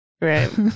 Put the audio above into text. Right